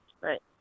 Right